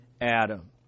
Adam